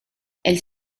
elles